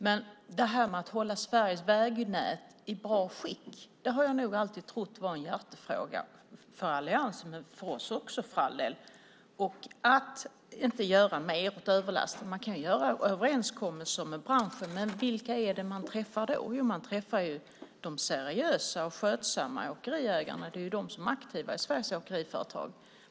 Men att hålla Sveriges vägnät i bra skick har jag nog alltid trott var en hjärtefråga för alliansen - och för oss också, för all del. När det gäller överlasten kan man ju göra överenskommelser med branschen, men vilka är det man träffar då? Jo, man träffar de seriösa och skötsamma åkeriägarna. Det är de som är aktiva i Sveriges Åkeriföretag.